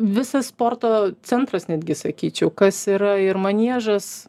visas sporto centras netgi sakyčiau kas yra ir maniežas